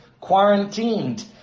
quarantined